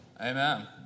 Amen